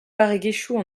barregezhioù